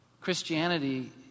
Christianity